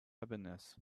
happiness